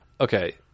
Okay